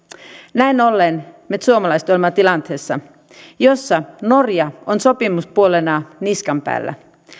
näin ollen me suomalaiset olemme tilanteessa jossa norja on sopimuspuolena niskan päällä